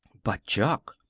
but chuck!